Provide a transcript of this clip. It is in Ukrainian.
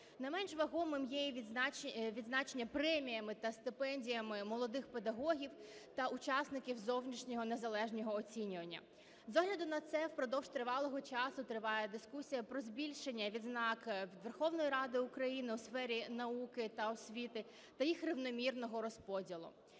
Не менш вагомим є і відзначення преміями та стипендіями молодих педагогів та учасників зовнішнього незалежного оцінювання. З огляду на це впродовж тривалого часу триває дискусія про збільшення відзнак Верховної Ради України у сфері науки та освіти та їх рівномірного розподілу.